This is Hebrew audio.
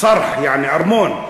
"צַרְח", יעני ארמון.